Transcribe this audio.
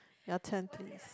your turn please